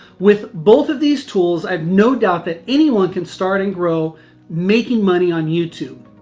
with both of these tools, i've no doubt that anyone can start and grow making money on youtube.